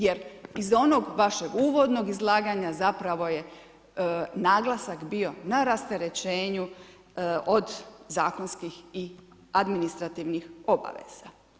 Jer iz onog vašeg uvodnog izlaganja zapravo je naglasak bio na rasterećenju od zakonskih i administrativnih obaveza.